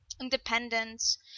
independence